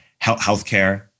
healthcare